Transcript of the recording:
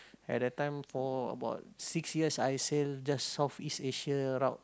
at that time for about six years I sail just South East Asia route